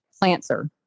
planter